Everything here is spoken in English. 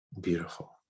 Beautiful